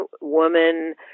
woman